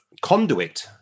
conduit